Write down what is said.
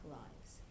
lives